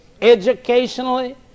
educationally